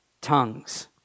tongues